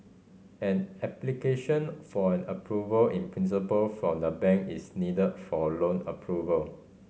an application for an Approval in Principle from the bank is needed for loan approval